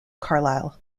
carlisle